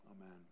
Amen